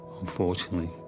unfortunately